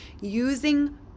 using